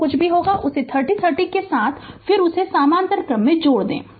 जो कुछ भी होगा उसे उस 30 30 के साथ फिर से उसी के समानांतर में जोड़ दें